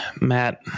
Matt